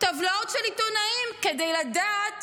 של עיתונאים כדי לדעת